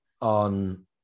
on